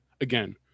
again